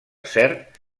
cert